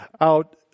out